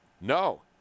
No